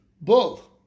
bull